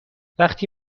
وقتی